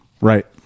Right